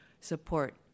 support